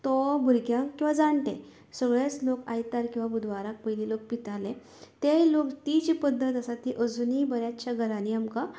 तो भुरग्यांक किंवां जाणटे सगळेंच लोक आयतार किंवा बुधवाराक पयली लोक पिताले ते लोक ती जी पद्दत जा आसा अजूनूय बरेंचशें घरानी आमकां